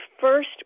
first